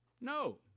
no